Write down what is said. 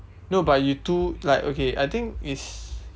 no but you two like okay I think it's